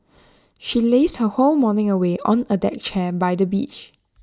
she lazed her whole morning away on A deck chair by the beach